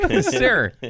Sir